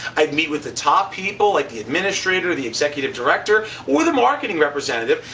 i'd meet with the top people, like the administrator, the executive director, with a marketing representative.